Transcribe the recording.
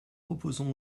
proposons